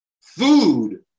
food